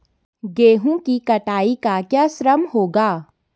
गेहूँ की कटाई का क्या श्रम होगा?